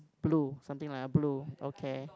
blue something like a blue okay